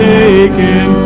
taken